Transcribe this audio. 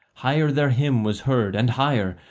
higher their hymn was heard and higher,